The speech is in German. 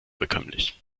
bekömmlich